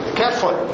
careful